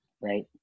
right